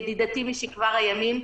ידידתי משכבר הימים.